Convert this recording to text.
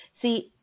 See